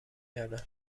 کردن